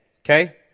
okay